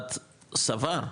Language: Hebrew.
והמשרד סבר,